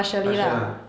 partial ah